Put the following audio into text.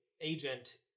agent